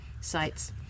sites